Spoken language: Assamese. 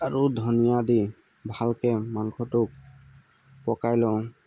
আৰু ধনিয়া দি ভালকৈ মাংসটো পকাই লওঁ